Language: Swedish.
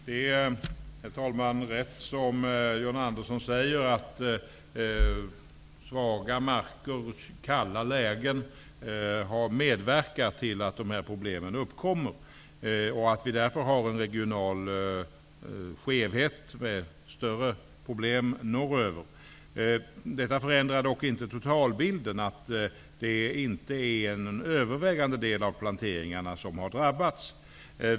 Herr talman! Det är rätt att svaga marker och kalla lägen har medverkat till att problemen uppkommit. Vi har därför en regional skevhet med större problem norröver. Detta förändrar dock inte totalbilden, dvs. att den övervägande delen av planteringarna inte har drabbats.